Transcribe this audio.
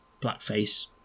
blackface